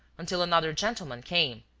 until another gentleman came.